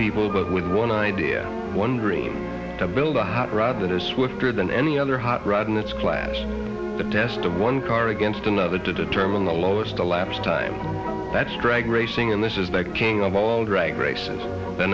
people but with one idea one dream to build a hot rod that is swifter than any other hot rod in its class the test of one car against another to determine the lowest elapsed time that straggler racing and this is the king of all drag races the